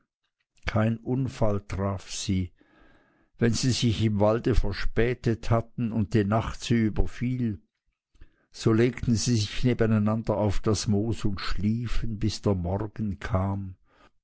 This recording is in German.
kein unfall traf sie wenn sie sich im walde verspätet hatten und die nacht sie überfiel so legten sie sich nebeneinander auf das moos und schliefen bis der morgen kam